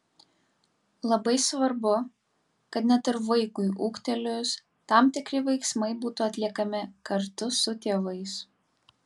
labai svarbu kad net ir vaikui ūgtelėjus tam tikri veiksmai būtų atliekami kartu su tėvais